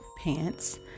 pants